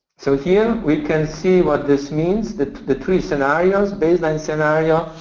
so here we can see what this means. the the three scenarios, baseline scenario.